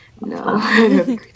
No